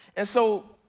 and so,